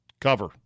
cover